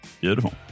Beautiful